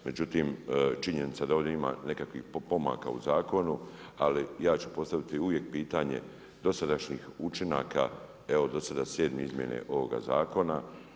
Međutim, činjenica da ovdje ima nekakvih pomaka u zakonu, ali ja ću postaviti uvijek pitanje dosadašnjih učinaka, evo do sada sedme izmjene ovoga zakona.